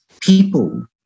people